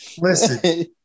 listen